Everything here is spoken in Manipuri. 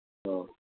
ꯑꯣ